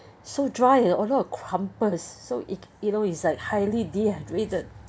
so dry cumpled so it you know it's like highly dehydrated